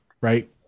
right